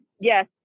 yes